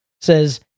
says